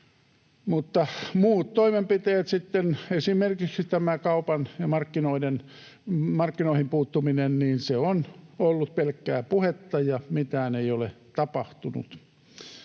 mutta muut toimenpiteet sitten, esimerkiksi tämä kauppaan ja markkinoihin puuttuminen, ovat olleet pelkkää puhetta, ja mitään ei ole tapahtunut.